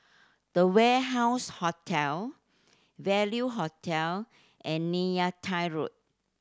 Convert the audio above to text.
The Warehouse Hotel Value Hotel and Road